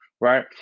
right